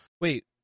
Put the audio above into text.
Wait